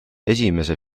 esimese